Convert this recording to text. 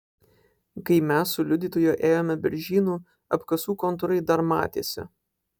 kai mes su liudytoju ėjome beržynu apkasų kontūrai dar matėsi